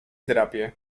drapie